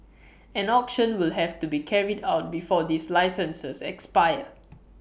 an auction will have to be carried out before these licenses expire